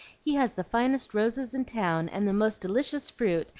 he has the finest roses in town and the most delicious fruit,